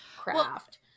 craft